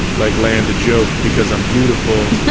like land a joke because i'm beautiful.